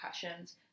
concussions